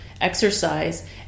exercise